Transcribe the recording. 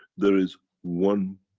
there is one,